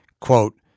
quote